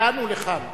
לכאן ולכאן,